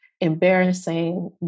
embarrassing